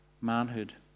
manhood